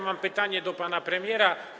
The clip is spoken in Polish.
Mam pytanie do pana premiera.